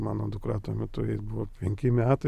mano dukra tuo metu buvo penki metai